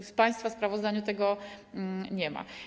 W państwa sprawozdaniu tego nie ma.